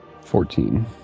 fourteen